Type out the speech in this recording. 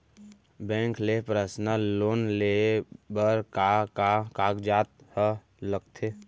Bank ले personal loan लेये बर का का कागजात ह लगथे?